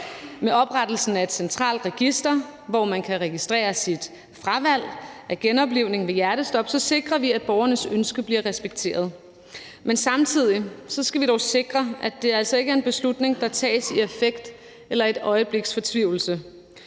Med oprettelsen af et centralt register, hvor man kan registrere sit fravalg af genoplivning ved hjertestop, sikrer vi, at borgernes ønske bliver respekteret. Men samtidig skal vi dog sikre, at det ikke er en beslutning, der tages i affekt eller i et øjebliks fortvivlelse,